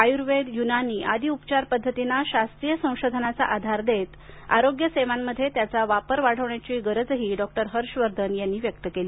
आयुर्वेद युनानी आदी उपचार पद्धतीना शास्त्रीय संशोधनाचा आधार देत आरोग्य सेवांमध्ये त्यांचा वापर वाढवण्याची गरजही त्यांनी व्यक्त केली